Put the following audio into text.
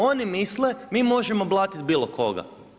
Oni misle, mi možemo blatiti bilo koga.